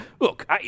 Look